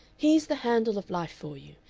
he's the handle of life for you.